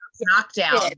Knockdown